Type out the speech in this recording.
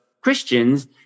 Christians